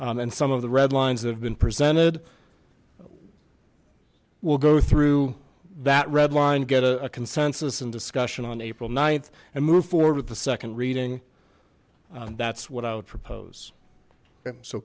and some of the red lines that have been presented we'll go through that red line get a consensus and discussion on april th and move forward with the second reading that's what i would propose so